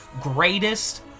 greatest